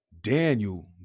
Daniel